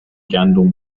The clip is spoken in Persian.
گندم